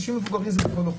אנשים מבוגרים זה גם אוכלוסייה,